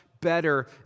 better